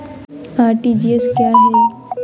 RTGS क्या है?